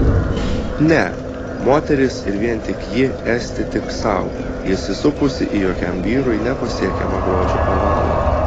ne moteris ir vien tik ji esti tik sau įsisupusi į jokiam vyrui nepasiekiamą grožio ovalą